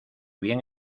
bien